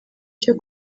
cyo